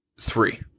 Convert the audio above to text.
three